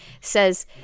says